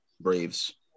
Braves